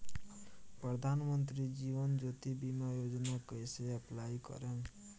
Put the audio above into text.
प्रधानमंत्री जीवन ज्योति बीमा योजना कैसे अप्लाई करेम?